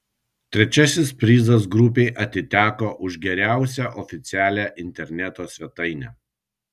trečiasis prizas grupei atiteko už geriausią oficialią interneto svetainę